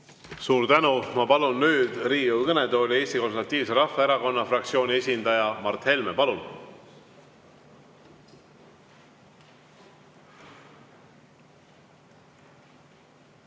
Suur tänu! Ma palun nüüd Riigikogu kõnetooli Eesti Konservatiivse Rahvaerakonna fraktsiooni esindaja Mart Helme. Palun!